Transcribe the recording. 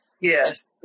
Yes